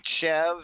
Chev